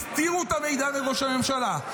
העבריינים הם מי שהסתירו את המידע מראש הממשלה,